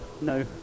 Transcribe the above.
no